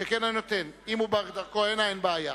אם הוא בדרכו הנה, אין בעיה.